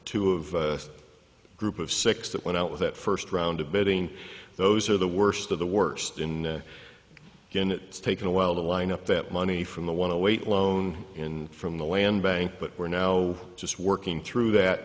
two of a group of six that went out with that first round of betting those are the worst of the worst in again it's taken a while to line up that money from the want to wait loan in from the land bank but we're now just working through that